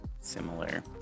similar